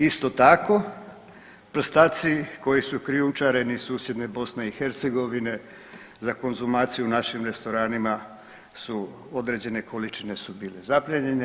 Isto tako, prstaci koji su krijumčareni iz susjedne BiH za konzumaciju u našim restoranima su određene količine su bile zaplijenjene.